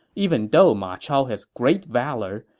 even though ma chao has great valor,